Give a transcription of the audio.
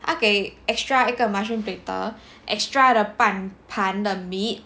他给 extra 一个 mushroom platter extra 半盘的 meat